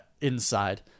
inside